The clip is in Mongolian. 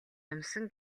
юмсан